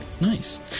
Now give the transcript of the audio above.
nice